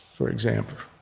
for example,